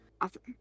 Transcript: Awesome